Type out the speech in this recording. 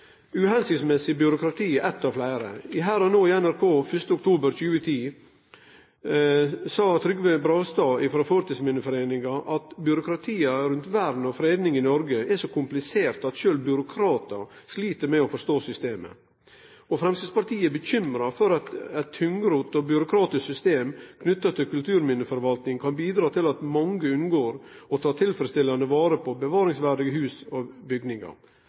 Her og Nå på NRK 1. oktober 2010 sa Trygve Bragstad fra Fortidsminneforeningen at byråkratiet rundt vern og fredning i Norge er så komplisert at selv byråkrater sliter med å forstå systemet. Fremskrittspartiet er bekymret for at et tungrodd og byråkratisk system knyttet til kulturminneforvaltning kan bidra til at mange unngår å ta tilfredsstillende vare på bevaringsverdige hus og bygninger.